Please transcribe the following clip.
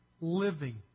living